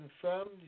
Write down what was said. Confirmed